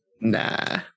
Nah